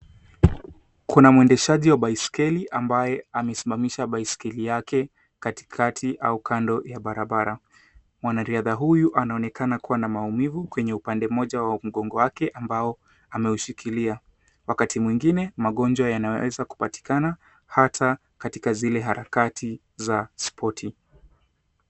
Kuna mwendeshaji wa baiskeli ambaye amesimamisha baiskeli yake katikati au kando ya barabara. Mwanariadha huyu anaonekana kuwa na maumivu kwenye upande wake wa mgongo wake ambao ameshikilia. Wakati mwingine magonjwa yanaweza kupatikana hata katika zile harakati za spoti.